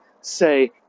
say